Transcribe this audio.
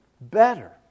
better